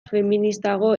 feministago